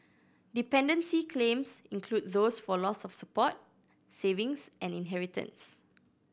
dependency claims include those for loss of support savings and inheritance